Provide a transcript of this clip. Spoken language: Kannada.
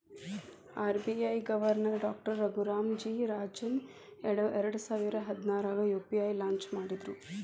RBI governor doctor Raghuram G Rajan ಎರಡಸಾವಿರ ಹದ್ನಾರಾಗ ಯು.ಪಿ.ಐ ಲಾಂಚ್ ಮಾಡಿದ್ರು